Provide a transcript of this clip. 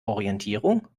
orientierung